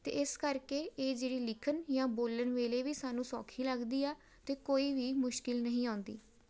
ਅਤੇ ਇਸ ਕਰਕੇ ਇਹ ਜਿਹੜੀ ਲਿਖਣ ਜਾਂ ਬੋਲਣ ਵੇਲੇ ਵੀ ਸਾਨੂੰ ਸੌਖੀ ਲੱਗਦੀ ਆ ਅਤੇ ਕੋਈ ਵੀ ਮੁਸ਼ਕਿਲ ਨਹੀਂ ਆਉਂਦੀ